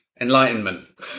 enlightenment